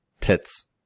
tits